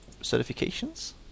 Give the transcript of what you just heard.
certifications